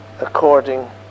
according